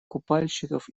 купальщиков